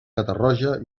catarroja